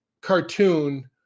cartoon –